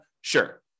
Sure